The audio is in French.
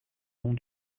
long